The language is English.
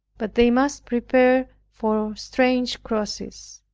but they must prepare for strange crosses.